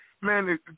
Man